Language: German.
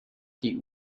die